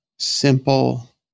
simple